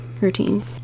routine